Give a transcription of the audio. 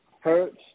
hurts